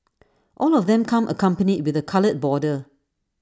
all of them come accompanied with A coloured border